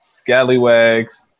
scallywags